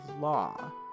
law